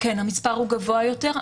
כן, המספר הוא גבוה יותר.